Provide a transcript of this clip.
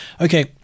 Okay